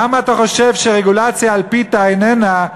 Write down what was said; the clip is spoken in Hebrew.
למה אתה חושב שרגולציה על פיתה איננה,